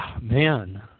man